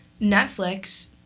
Netflix